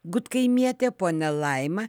gudkaimietė ponia laima